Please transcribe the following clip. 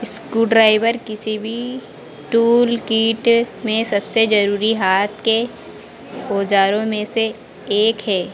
screw driver किसी भी toolkit में सबसे ज़रूरी हाथ के औजारों में से एक है